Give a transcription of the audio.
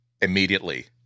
immediately